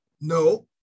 No